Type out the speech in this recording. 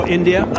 India